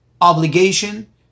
obligation